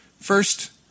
First